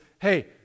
hey